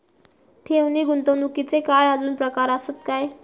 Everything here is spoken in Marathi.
ठेव नी गुंतवणूकचे काय आजुन प्रकार आसत काय?